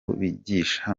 bigisha